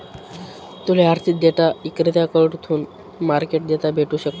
तूले आर्थिक डेटा इक्रेताकडथून मार्केट डेटा भेटू शकस